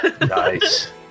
Nice